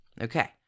Okay